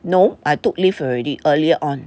no I took leave already earlier on